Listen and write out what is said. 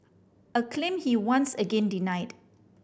a claim he once again denied